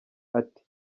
ati